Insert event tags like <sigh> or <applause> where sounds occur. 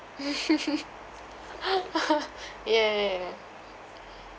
<laughs> ya ya ya